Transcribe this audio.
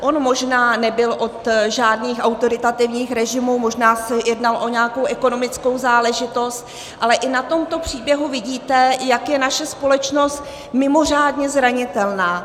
On možná nebyl od žádných autoritativních režimů, možná se jednalo o nějakou ekonomickou záležitost, ale i na tomto příběhu vidíte, jak je naše společnost mimořádně zranitelná.